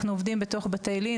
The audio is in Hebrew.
אנחנו עובדים בתוך בתי לין.